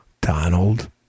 Donald